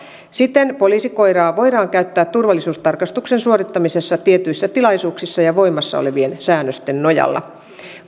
siten poliisikoiraa voidaan käyttää turvallisuustarkastuksen suorittamisessa tietyissä tilaisuuksissa ja voimassa olevien säännösten nojalla